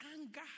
anger